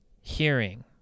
hearing